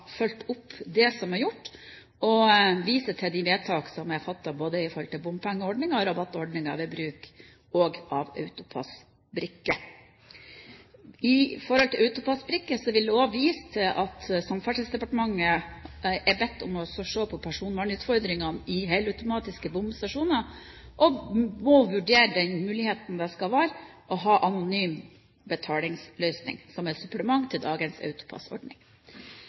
fulgt opp det lokale vedtak, både når det gjelder bompengeordninger og rabattordninger ved bruk av AutoPASS-brikke. Når det gjelder AutoPASS-brikke, vil jeg også vise til at Samferdselsdepartementet er bedt om å se på personvernutfordringene i helautomatiske bomstasjoner, og å vurdere muligheten for å ha anonym betalingsløsning som et supplement til dagens